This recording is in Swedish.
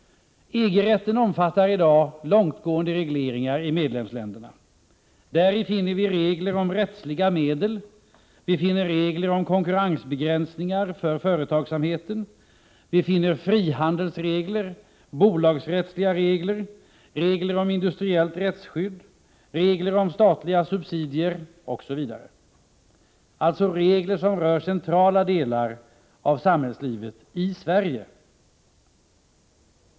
EG-rätten omfattar i dag långtgående regleringar i medlemsländerna. Däri finner vi regler om rättsliga medel. Vi finner regler om konkurrensbegränsningar för företagsamheten. Vi finner frihandelsregler, bolagsrättsliga regler, regler om industriellt rättsskydd, regler om statliga subsidier osv. Allt detta är regler som rör centrala delar av samhällslivet i Sverige.